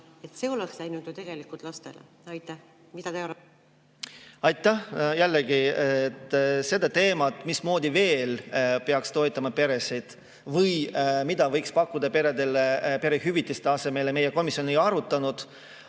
See oleks läinud ju tegelikult lastele. Mis te arvate? Aitäh! Jällegi, seda teemat, mismoodi veel peaks toetama peresid või mida võiks pakkuda peredele perehüvitiste asemele, meie komisjon ei arutanud.